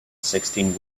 sixteen